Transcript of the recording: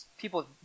people